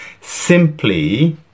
simply